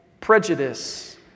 prejudice